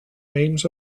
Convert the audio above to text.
names